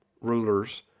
rulers